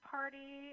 Party